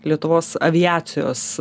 lietuvos aviacijos